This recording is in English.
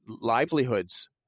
livelihoods